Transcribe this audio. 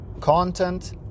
content